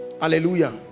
hallelujah